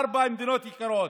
ארבע המדינות היקרות,